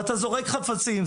ואתה זורק חפצים,